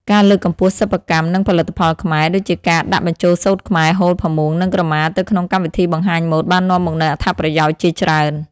ការលើកកម្ពស់សិប្បកម្ម និងផលិតផលខ្មែរ ដូចជាការដាក់បញ្ចូលសូត្រខ្មែរ ហូល ផាមួង និងក្រមា ទៅក្នុងកម្មវិធីបង្ហាញម៉ូដបាននាំមកនូវអត្ថប្រយោជន៍ជាច្រើន។